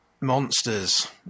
monsters